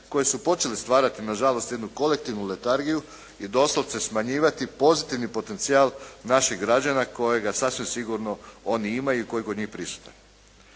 koje su počele stvarati na žalost jednu kolektivnu letargiju i doslovce smanjivati pozitivni potencijal naših građana kojega sasvim sigurno oni imaju i koji je kod njih prisutan.